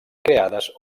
creades